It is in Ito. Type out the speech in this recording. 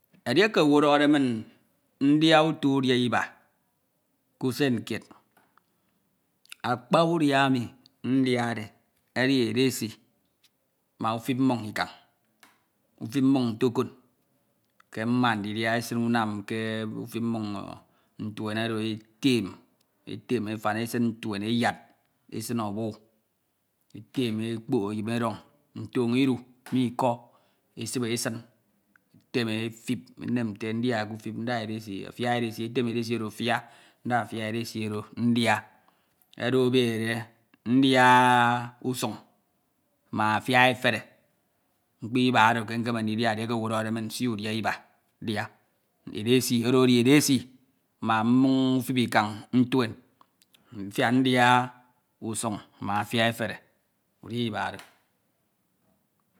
Edieke owu odohode min ndia uto udia iba k'usen kied. akpa udia emi ndiade edi edesi ma utip mmon ikan. utip mmon ntokon ke mma ndidia esin unam ke utip mmon ntuen oro eten. etem e afan esin ntuen e ayad. esin obu etem e. ekpop eyin edon nton idu me iko esibe esin. etem e etip enem nte ndia e k'utip nda edesi. afa edesi etem edsei oro afia. nda afia edesi oro ndia. oro rbede. ndia usun ma afia efere mkpo iba oro ke nkeme ndidia edieke owu odohode min nsi udia iba ndia edesi oro edi edesi ma mmon ufip ikan ntuen mfiak ndia usun ma afia efere. udia iba oro